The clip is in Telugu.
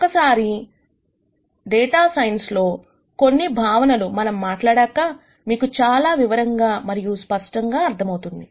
ఒక్కసారి డేటా సైన్స్ లో కొన్ని భావనలు మనం మాట్లాడాక మీకు చాలా వివరంగా మరియు స్పష్టముగా అర్థమవుతుంది